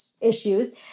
issues